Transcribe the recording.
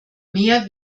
mehr